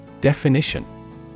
definition